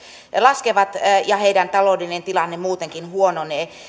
laskevat ja heidän taloudellinen tilanteensa muutenkin huononee